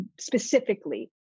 specifically